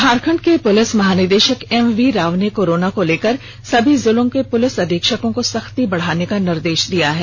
झारखंड के पुलिस महानिदेषक एमवी राव ने कोरोना को लेकर सभी जिलों के पुलिस अधीक्षकों को सख्ती बढ़ाने का निर्देष दिया है